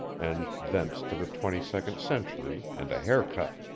and thence to the twenty-second century and a haircut.